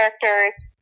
characters